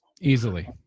easily